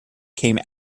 came